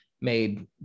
made